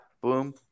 boom